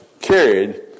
carried